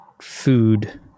food